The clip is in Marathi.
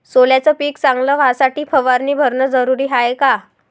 सोल्याचं पिक चांगलं व्हासाठी फवारणी भरनं जरुरी हाये का?